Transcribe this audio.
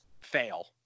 fail